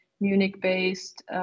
Munich-based